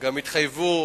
גם התחייבו